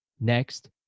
next